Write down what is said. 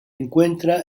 encuentra